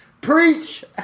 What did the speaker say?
Preach